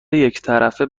یکطرفه